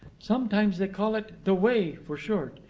sometimes they call it the way for short.